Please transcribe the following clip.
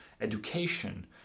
education